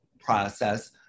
process